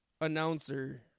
announcer